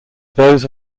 those